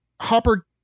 Hopper